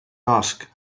ask